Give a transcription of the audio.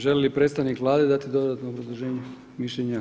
Želi li predstavnik Vlade dati dodatno obrazloženje mišljenja?